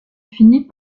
finit